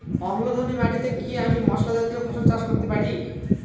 অম্লধর্মী মাটিতে কি আমি মশলা জাতীয় ফসল চাষ করতে পারি?